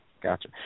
Gotcha